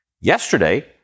Yesterday